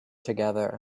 together